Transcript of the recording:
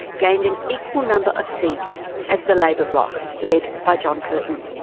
gained an equal number of seats as the labor bloc, led by john curtin.